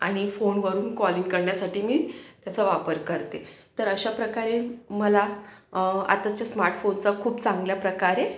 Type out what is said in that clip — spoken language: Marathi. आणि फोनवरून कॉलिंग करण्यासाठी मी त्याचा वापर करते तर अशा प्रकारे मला आताच्या स्मार्टफोनचा खूप चांगल्या प्रकारे